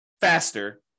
faster